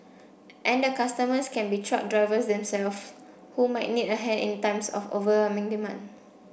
and the customers can be truck drivers themselves who might need a hand in times of overwhelming demand